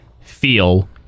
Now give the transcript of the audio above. Feel